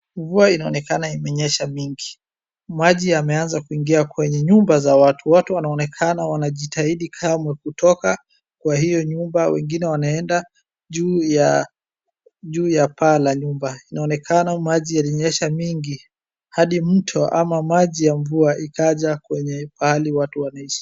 Mvua inaonekana imenyesha mingi. Maji yameanza kuingia kwenye nyumba za watu. Watu wanaonekana wanajitahidi kamwe kutoka kwa hio nyumba, wengine wanaenda juu ya paa la nyumba. Inaonekana maji yalinyesha mingi, hadi mto ama maji ya mvua ikaja kwenye pahali watu wanaishi.